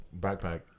backpack